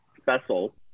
special